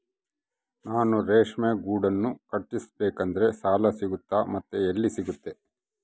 ನಾನು ರೇಷ್ಮೆ ಗೂಡನ್ನು ಕಟ್ಟಿಸ್ಬೇಕಂದ್ರೆ ಸಾಲ ಸಿಗುತ್ತಾ ಮತ್ತೆ ಎಲ್ಲಿ ಸಿಗುತ್ತೆ?